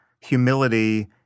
humility